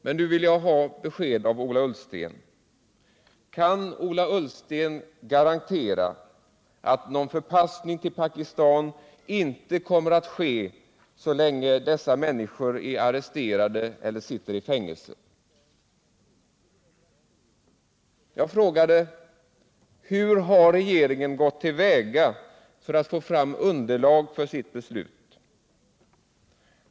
Men nu vill jag ha besked av Ola Ullsten: Kan Ola Ullsten garantera att någon förpassning till Pakistan inte kommer att ske så länge de människor som skickades tillbaka från Västtyskland är arresterade eller sitter i fängelse? Jag frågade: Hur har regeringen gått till väga för att få fram underlag för sitt beslut?